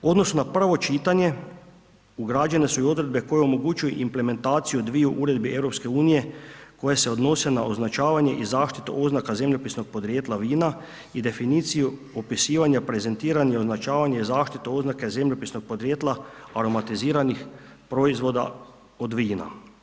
U odnosu na prvo čitanje, ugrađene su i odredbe koje omogućuju implementaciju dviju uredbi Europske unije koje se odnose na označavanje i zaštitu oznaka zemljopisnog podrijetla vina, i definiciju opisivanja, prezentiranje i označavanje, i zaštitu oznake zemljopisnog podrijetla aromatiziranih proizvoda od vina.